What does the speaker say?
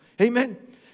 Amen